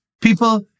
people